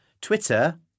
Twitter